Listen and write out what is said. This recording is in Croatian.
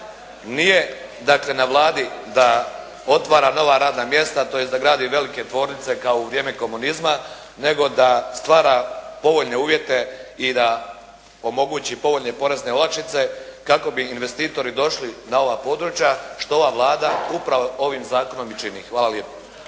dakle na Vladi da otvara nova radna mjesta tj. da gradi velike tvornice kao u vrijeme komunizma nego da stvara povoljne uvjete i da omogući povoljne porezne olakšice kako bi investitori došli na ova područja što ova Vlada upravo ovim zakonom i čini. Hvala lijepo.